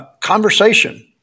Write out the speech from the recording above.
Conversation